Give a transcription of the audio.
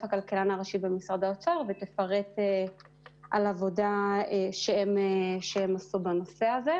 הכלכלן הראשי במשרד האוצר ותפרט על עבודה שהם עשו בנושא הזה,